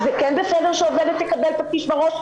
אז זה כן בסדר שעובדת תקבל פטיש בראש.